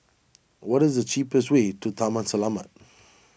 what is the cheapest way to Taman Selamat